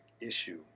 issue